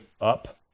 up